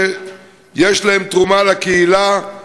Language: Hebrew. ויש להם תרומה לקהילה,